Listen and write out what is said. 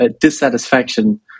dissatisfaction